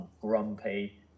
grumpy